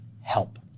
help